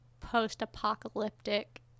post-apocalyptic